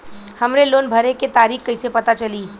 हमरे लोन भरे के तारीख कईसे पता चली?